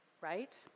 Right